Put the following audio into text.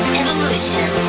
evolution